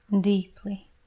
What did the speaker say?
deeply